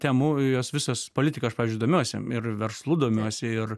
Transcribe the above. temų jos visos politika aš pavyzdžiui domiuosi ir verslu domiuosi ir